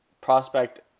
prospect